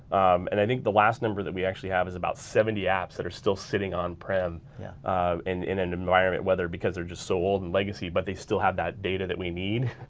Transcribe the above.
and i think the last number that we actually have is about seventy apps that are still sitting on-prem yeah in in an environment whether because they're just so old and legacy but they still have that data that we need.